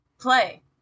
play